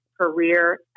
Career